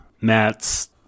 Matt's